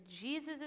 Jesus